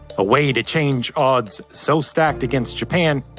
a way to change odds so stacked against japan,